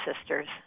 sisters